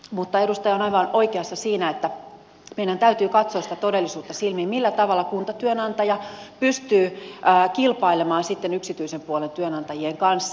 mutta edustaja on aivan oikeassa siinä että meidän täytyy katsoa sitä todellisuutta silmiin millä tavalla kuntatyönantaja pystyy kilpailemaan sitten yksityisen puolen työnantajien kanssa